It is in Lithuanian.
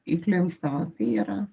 įklimpstama tai yra